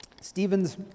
stephen's